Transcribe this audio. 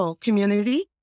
community